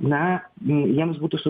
na jiems būtų su